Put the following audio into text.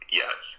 yes